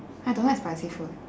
I don't like spicy food